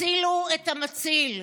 הצילו את המציל,